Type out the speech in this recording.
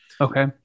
Okay